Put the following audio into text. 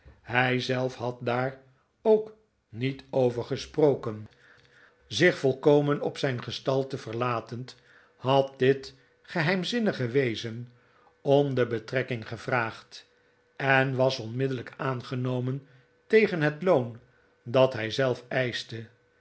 hij zelf had daar ook niet over gesproken in de bestuurskamer zich volkomen op zijn gestalte verlatend had dit geheimzinnige wezen om de betrekking gevraagd en was onmiddellijk aangenomen tegen het loon dat hij zelf eischte